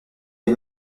des